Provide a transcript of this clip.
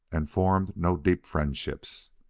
and formed no deep friendships.